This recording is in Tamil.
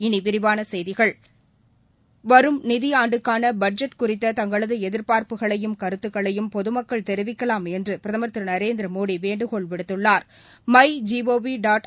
இனி விரிவான செய்திகள் வரும் நிதி ஆண்டுக்கான பட்ஜெட் குறித்த தங்களது எதிர்பார்ப்புக்களையும் கருத்துக்களையும் பொதுமக்கள் தெரிவிக்கலாம் என்று பிரதமா் திரு நரேந்திரமோடி வேண்டுகோள் விடுத்துள்ளாா்